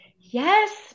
Yes